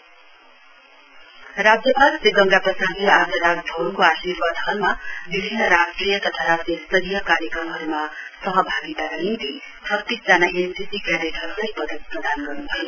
governor राज्यपाल श्री गंगा प्रसादले आज राजभवनको अर्शिबाद हलमा विभिन्न राष्ट्रिय तथा राज्य स्तरीय कार्यक्रमहरूमा सहभागिताका निम्ति छतीसजना एमसिसि क्याडेटहरूलाई पदक प्रदान गर्न्भयो